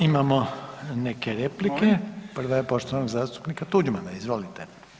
Imamo neke replike, prva je poštovanog zastupnika Tuđmana, izvolite.